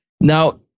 Now